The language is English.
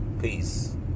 peace